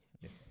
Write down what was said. Yes